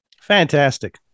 Fantastic